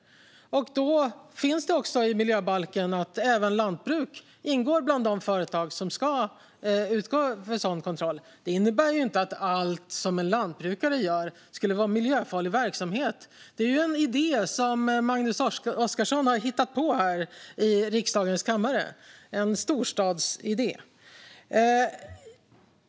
Det står också i miljöbalken att även lantbruk ingår bland de företag där man ska utföra sådan kontroll. Det innebär inte att allt som en lantbrukare gör skulle vara miljöfarlig verksamhet. Det är en idé som Magnus Oscarsson har hittat på här i riksdagens kammare, en storstadsidé.